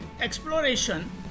exploration